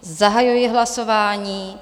Zahajuji hlasování.